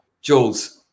Jules